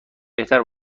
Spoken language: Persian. بهتر